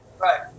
right